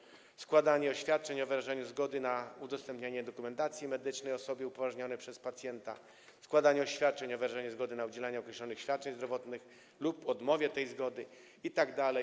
Chodzi tu też o składanie oświadczeń o wyrażeniu zgody na udostępnienie dokumentacji medycznej osobie upoważnionej przez pacjenta, składanie oświadczeń o wyrażeniu zgody na udzielanie określonych świadczeń zdrowotnych lub odmowie tej zgody itd.